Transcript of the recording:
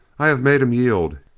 i have made him yield.